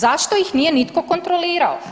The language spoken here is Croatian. Zašto ih nije nitko kontrolirao?